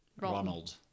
Ronald